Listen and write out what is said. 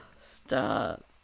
Stop